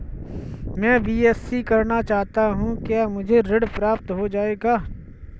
मैं बीएससी करना चाहता हूँ क्या मुझे ऋण प्राप्त हो जाएगा?